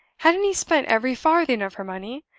hadn't he spent every farthing of her money?